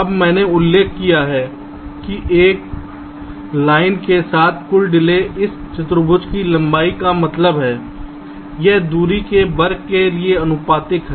अब मैंने उल्लेख किया है कि एक लाइन के साथ कुल डिले इस चतुर्भुज की लंबाई का मतलब है यह दूरी के वर्ग के लिए आनुपातिक है